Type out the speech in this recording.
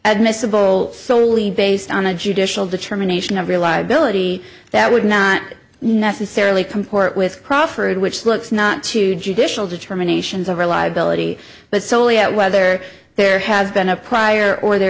admissible solely based on a judicial determination of reliability that would not necessarily comport with proffered which looks not to judicial determinations of reliability but solely at whether there has been a prior or there